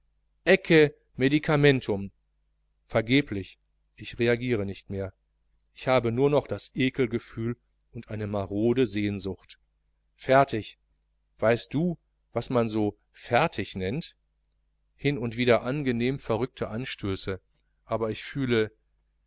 medicamentum vergeblich ich reagiere nicht mehr ich habe nur noch das ekelgefühl und eine marode sehnsucht fertig weißt du was man so fertig nennt hin und wieder angenehm verrückte anstöße aber ich fühle